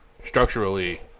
structurally